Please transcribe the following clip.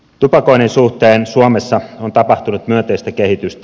tupakoinnin suhteen suomessa on tapahtunut myönteistä kehitystä